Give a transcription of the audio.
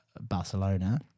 Barcelona